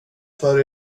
för